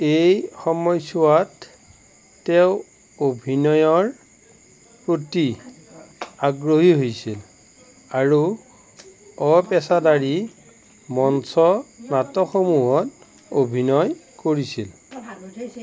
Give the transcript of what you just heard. এই সময়ছোৱাত তেওঁ অভিনয়ৰ প্ৰতি আগ্ৰহী হৈছিল আৰু অপেচাদাৰী মঞ্চ নাটকসমূহত অভিনয় কৰিছিল